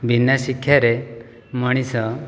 ବିନା ଶିକ୍ଷାରେ ମଣିଷ